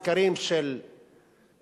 הסקרים של היום,